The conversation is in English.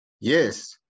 Yes